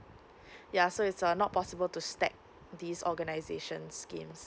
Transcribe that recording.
ya so it's uh not possible to stack these organizations schemes